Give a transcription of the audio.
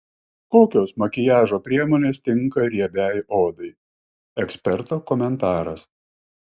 kokios makiažo priemonės tinka riebiai odai eksperto komentaras